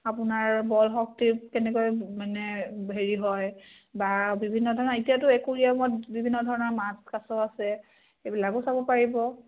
আপোনাৰ বল শক্তি কেনেকৈ মানে হেৰি হয় বা বিভিন্ন ধৰণৰ এতিয়াতো একুৰিয়ামত বিভিন্ন ধৰণৰ মাছ কাছ আছে এইবিলাকো চাব পাৰিব